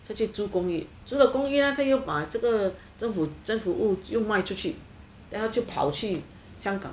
他就住公寓住了公寓他就把政府屋又卖出去然后他就跑去香港